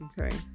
Okay